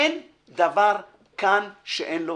אין דבר כאן שאין לו